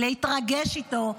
להתרגש איתו,